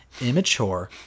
immature